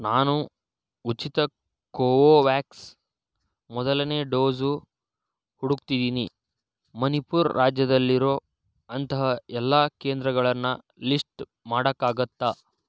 ನಾನು ಉಚಿತ ಕೋವೋವ್ಯಾಕ್ಸ್ ಮೊದಲನೇ ಡೋಝು ಹುಡುಕ್ತಿದ್ದೀನಿ ಮಣಿಪುರ್ ರಾಜ್ಯದಲ್ಲಿರೋ ಅಂತಹ ಎಲ್ಲ ಕೇಂದ್ರಗಳನ್ನು ಲಿಸ್ಟ್ ಮಾಡೋಕ್ಕಾಗುತ್ತ